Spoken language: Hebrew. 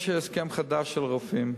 יש הסכם חדש של הרופאים,